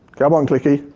come on clicky.